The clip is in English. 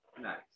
Nice